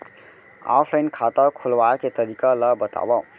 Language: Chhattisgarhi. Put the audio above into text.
ऑफलाइन खाता खोलवाय के तरीका ल बतावव?